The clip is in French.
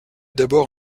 d’abord